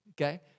Okay